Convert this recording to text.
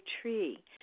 tree